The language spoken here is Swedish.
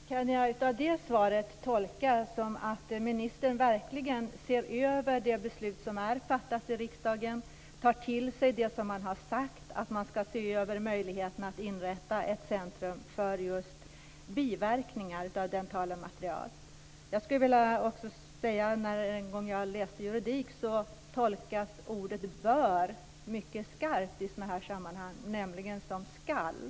Fru talman! Kan jag utifrån det svaret göra tolkningen att ministern verkligen ser över det beslut som fattats i riksdagen, att han tar till sig det som han har sagt om att man skall se över möjligheten att inrätta ett centrum för just biverkningar av dentala material? Jag läste en gång juridik och därför kan jag säga att "bör" tolkas mycket skarpt i sådana här sammanhang, nämligen som skall.